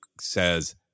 says